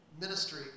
ministry